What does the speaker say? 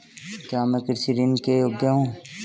क्या मैं कृषि ऋण के योग्य हूँ?